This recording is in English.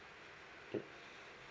mm